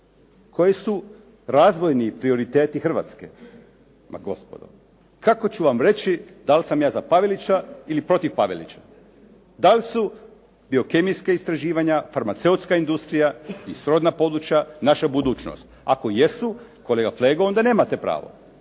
koji su razvojni prioriteti Hrvatske, ma gospodo kako ću vam reći dal' sam ja za Pavelića ili protiv Pavelića. Da li su biokemijska istraživanja, farmaceutska industrija i srodna područja naša budućnost? Ako jesu kolega Flego onda nemate pravo,